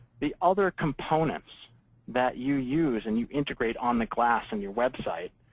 the other components that you use and you integrate on the glass in your website.